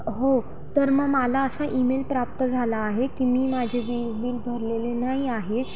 हो तर मग मला असा ईमेल प्राप्त झाला आहे की मी माझे जे बिल भरलेले नाही आहे